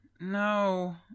No